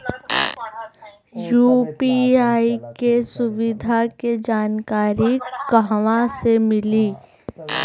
UPI के सुविधा के जानकारी कहवा से मिली?